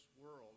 world